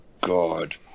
God